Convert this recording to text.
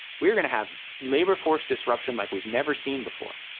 we're going to have labor-force disruption like we've never seen before.